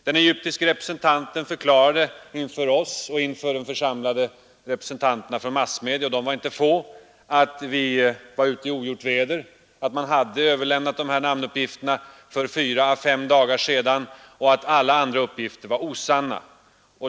Den egyptiske representanten förklarade då för oss och för de samlade representanterna för massmedierna — och de var inte få — att vi var ute i ogjort väder och att man hade överlämnat namnuppgifterna för fyra å fem dagar sedan samt att alla andra uppgifter var osanna.